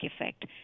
effect